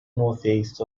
northeast